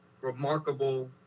remarkable